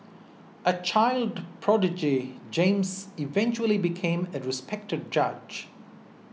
a child prodigy James eventually became a respected judge